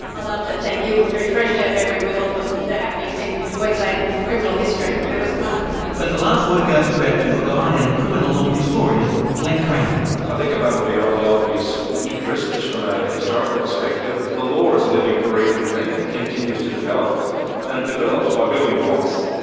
i loved it, thank you. refreshed our memory with all the the happenings in queensland's criminal history. it was wonderful. but the last word goes to our tour guide and criminal law historian glen cranny. i think above and beyond the obvious interest just from a historical perspective, the law is a living, breathing thing, it continues to develop and it develops by building blocks.